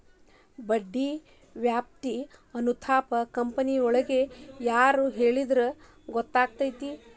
ಬಡ್ಡಿ ವ್ಯಾಪ್ತಿ ಅನುಪಾತಾ ಕಂಪನಿಯೊಳಗ್ ಯಾರ್ ಕೆಳಿದ್ರ ಗೊತ್ತಕ್ಕೆತಿ?